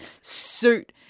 suit